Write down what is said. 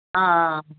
ஆ ஆ ஆ